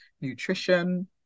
nutrition